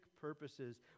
purposes